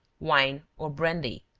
wine, or brandy.